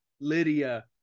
Lydia